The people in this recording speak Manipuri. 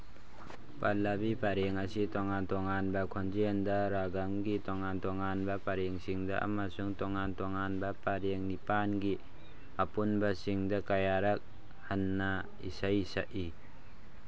ꯄꯜꯂꯕꯤ ꯄꯔꯦꯡ ꯑꯁꯤ ꯇꯣꯉꯥꯟ ꯇꯣꯉꯥꯟꯕ ꯈꯣꯟꯖꯦꯜꯗ ꯔꯥꯒꯝꯒꯤ ꯇꯣꯉꯥꯟ ꯇꯣꯉꯥꯟꯕ ꯄꯔꯦꯡꯁꯤꯡꯗ ꯑꯃꯁꯨꯡ ꯇꯣꯉꯥꯟ ꯇꯣꯉꯥꯟꯕ ꯄꯔꯦꯡ ꯅꯤꯄꯥꯜꯒꯤ ꯑꯄꯨꯟꯕꯁꯤꯡꯗ ꯀꯌꯥꯔꯛ ꯍꯟꯅ ꯏꯁꯩ ꯁꯛꯏ